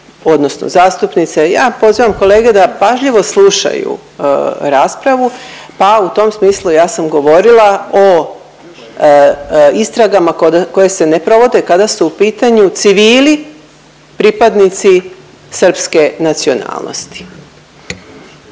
odnosno zastupnice. Ja pozivam kolege da pažljivo slušaju raspravu, pa u tom smislu ja sam govorila o istragama koje se ne provode kada su u pitanju civili, pripadnici srpske nacionalnosti.